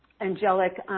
angelic